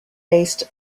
based